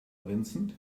vincent